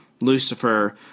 Lucifer